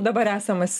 dabar esamas